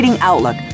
Outlook